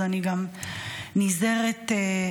אז אני גם נזהרת בדבריי.